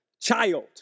Child